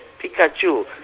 Pikachu